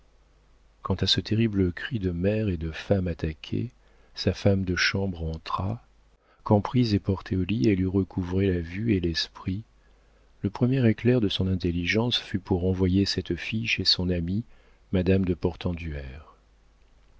quand à ce terrible cri de mère et de femme attaquée sa femme de chambre entra quand prise et portée au lit elle eut recouvré la vue et l'esprit le premier éclair de son intelligence fut pour envoyer cette fille chez son amie madame de